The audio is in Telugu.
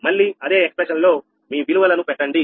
మళ్లీ అదే వ్యక్తీకరణ లో మీ విలువలను అన్ని పెట్టండి